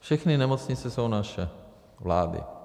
Všechny nemocnice jsou naše, vlády.